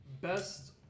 best